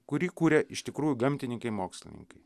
kurį kuria iš tikrųjų gamtininkai mokslininkai